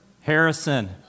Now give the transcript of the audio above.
Harrison